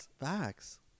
Facts